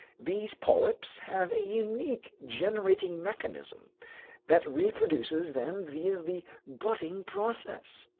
these polyps have a unique generating mechanism that reproduces them via the budding process,